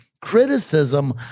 criticism